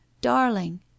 darling